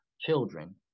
children